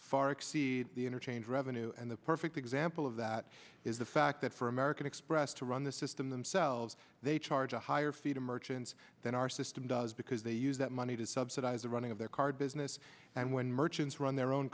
far exceed the interchange revenue and the perfect example of that is the fact that for american express to run the system themselves they charge a higher fee to merchants than our system does because they use that money to subsidize the running of their card business and when merchants run their own